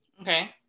Okay